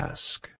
Ask